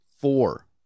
Four